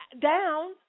down